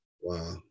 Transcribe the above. Wow